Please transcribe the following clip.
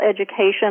Education